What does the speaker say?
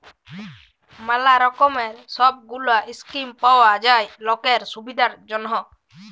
ম্যালা রকমের সব গুলা স্কিম পাওয়া যায় লকের সুবিধার জনহ